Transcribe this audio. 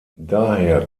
daher